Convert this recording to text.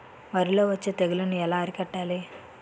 వరిలో వచ్చే తెగులని ఏలా అరికట్టాలి?